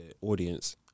audience